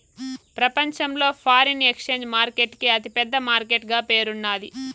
ప్రపంచంలో foreign exchange market కి అతి పెద్ద మార్కెట్ గా పేరున్నాది